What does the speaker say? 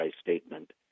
statement